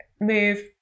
move